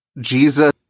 Jesus